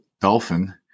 dolphin